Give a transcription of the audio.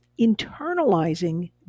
internalizing